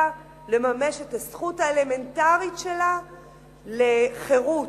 לממש את הזכות האלמנטרית שלה לחירות.